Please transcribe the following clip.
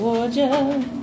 Georgia